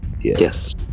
Yes